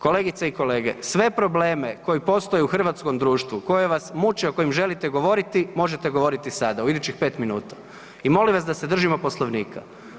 Kolegice i kolege, sve probleme koje postoje u hrvatskom društvu, koje vas muče o kojem želite govoriti, možete govoriti sada u idućih pet minuta i molim vas da se držimo Poslovnika.